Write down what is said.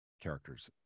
characters